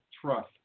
trust